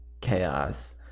chaos